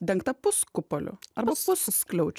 dengta puskupoliu arba pusskliaučiu